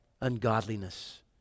ungodliness